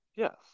Yes